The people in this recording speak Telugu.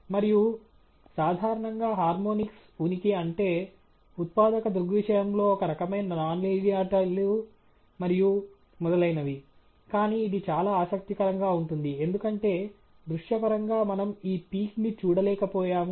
మరియు సాధారణంగా హార్మోనిక్స్ ఉనికి అంటే ఉత్పాదక దృగ్విషయంలో ఒక రకమైన నాన్ లీనియారిటీలు మరియు మొదలైనవి కానీ ఇది చాలా ఆసక్తికరంగా ఉంటుంది ఎందుకంటే దృశ్యపరంగా మనం ఈ పీక్ ని చూడలేకపోయాము